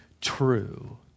true